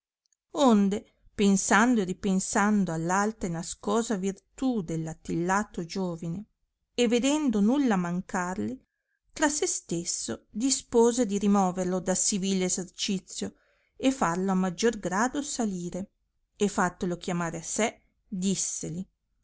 onde pensando e ripensando all alta e nascosa virtù dell attillato giovine e vedendo nulla mancarli tra se stesso dispose di rimoverlo da sì vii essercizio e farlo a maggior grado salire e fattolo chiamare a sé disseli